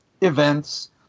events